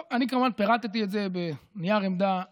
טוב, אני כמובן פירטתי את זה בנייר עמדה מפורט.